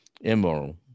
Immoral